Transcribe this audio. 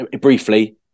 briefly